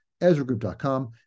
EzraGroup.com